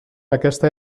aquesta